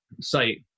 site